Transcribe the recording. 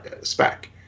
Spec